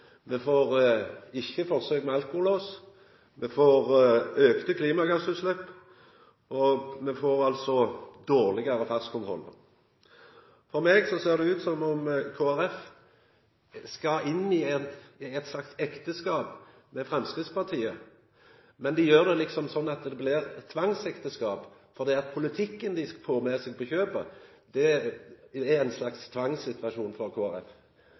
Me får ikkje forsøk med alkolås, me får auka klimagassutslepp og me får dårlegare fartskontrollar. For meg ser det ut som om Kristeleg Folkeparti skal inn i eit slags ekteskap med Framstegspartiet, men dei gjer det liksom sånn at det blir tvangsekteskap fordi politikken dei får med seg på kjøpet er ein slags tvangssituasjon